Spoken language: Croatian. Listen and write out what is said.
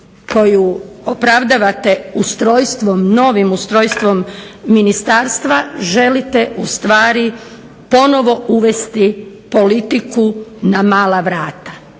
koju opravdavate novim ustrojstvom ministarstva, želite ustvari ponovno uvesti politiku na mala vrata.